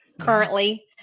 currently